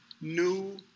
new